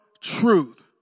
truth